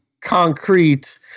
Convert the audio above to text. concrete